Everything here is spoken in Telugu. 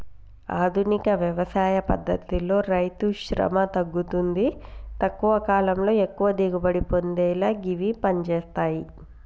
ఆధునిక వ్యవసాయ పద్దతితో రైతుశ్రమ తగ్గుతుంది తక్కువ కాలంలో ఎక్కువ దిగుబడి పొందేలా గివి పంజేత్తయ్